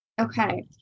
Okay